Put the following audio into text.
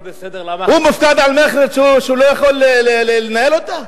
הוא מופקד על מערכת שהוא לא יכול לנהל אותה?